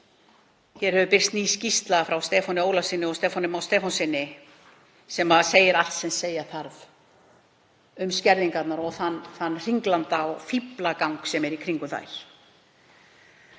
Birst hefur ný skýrsla frá Stefáni Ólafssyni og Stefáni Má Stefánssyni sem segir allt sem segja þarf um skerðingarnar og þann hringlanda og fíflagang sem er í kringum þær.